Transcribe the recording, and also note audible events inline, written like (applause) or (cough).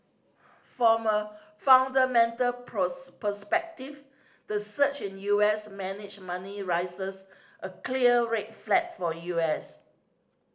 from a fundamental (unintelligible) perspective the surge in U S managed money raises a clear red flag for U S